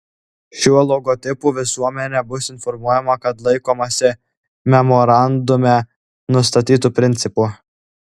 šiuo logotipu visuomenė bus informuojama kad laikomasi memorandume nustatytų principų